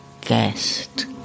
guest